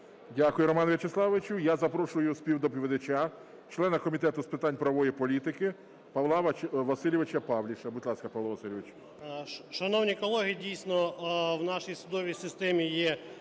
Дякую, Роман Вячеславович. Я запрошую співдоповідача члена Комітету з питань правової політики Павла Васильовича Павліша. Будь ласка, Павло Васильович.